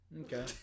Okay